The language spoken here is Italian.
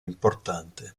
importante